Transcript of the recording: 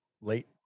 late